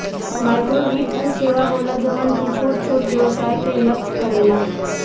माइक्रोवित्त उ सेवा होला जवन की छोट छोट व्यवसाय के लक्ष्य करेला